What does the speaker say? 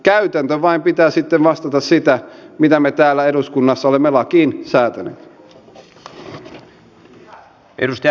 käytännön vain pitää sitten vastata sitä mitä me täällä eduskunnassa olemme lakiin säätäneet